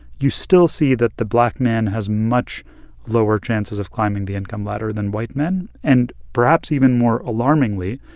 you still see that the black man has much lower chances of climbing the income ladder than white men. and perhaps even more alarmingly,